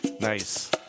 Nice